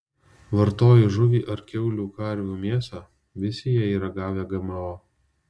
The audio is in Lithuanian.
vartoji žuvį ar kiaulių karvių mėsą visi jie yra gavę gmo